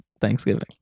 Thanksgiving